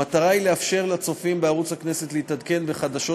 המטרה היא לאפשר לצופים בערוץ הכנסת להתעדכן בחדשות